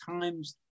times